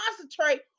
concentrate